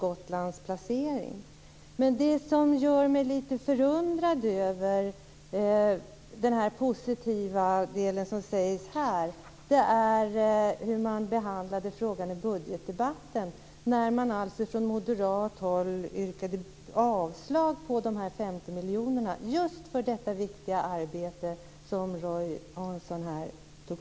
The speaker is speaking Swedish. Men något som gör mig lite förundrad över det positiva som han sade är hur frågan behandlats i budgetdebatten. Man yrkade där från moderat håll avslag på de 50 miljoner kronorna just till det viktiga arbete som Roy Hansson tog upp.